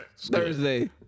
Thursday